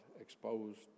exposed